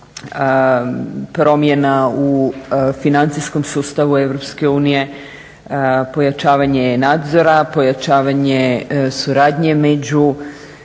promjena u financijskom sustavu Europske unije, pojačavanje nadzora, pojačavanje suradnje među